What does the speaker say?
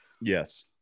Yes